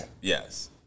Yes